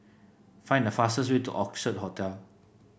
find the fastest way to Orchid Hotel